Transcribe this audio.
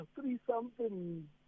Three-something